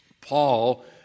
Paul